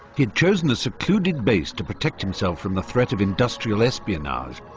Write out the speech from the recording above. he'd chosen a secluded base to protect himself from the threat of industrial espionage.